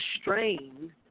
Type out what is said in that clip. strain